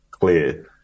clear